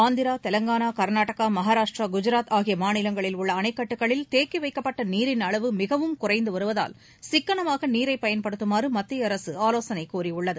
ஆந்திரா தெலங்கானா கா்நாடகா மகாராஷ்டிரா குஜராத் ஆகிய மாநிலங்களில் உள்ள அணைக்கட்டுகளில் தேக்கி வைக்கப்பட்ட நீரின் அளவு மிகவும் குறைந்து வருவதால் சிக்கனமாக நீரை பயன்படுத்தமாறு மத்திய அரசு ஆலோசனை கூறியுள்ளது